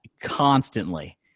constantly